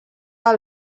del